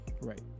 Right